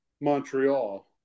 Montreal